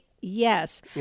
yes